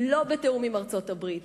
לא בתיאום עם ארצות-הברית,